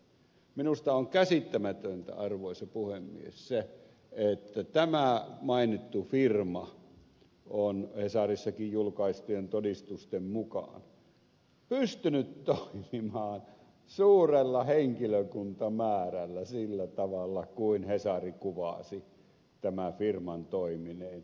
minusta on käsittämätöntä arvoisa puhemies se että tämä mainittu firma on hesarissakin julkaistujen todistusten mukaan pystynyt toimimaan suurella henkilökuntamäärällä sillä tavalla kuin hesari kuvasi tämän firman toimineen